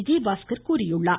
விஜயபாஸ்கர் தெரிவித்துள்ளார்